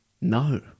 No